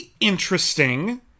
interesting